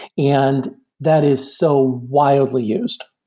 and that is so wildly used.